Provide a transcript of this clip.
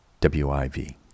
W-I-V